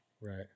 Right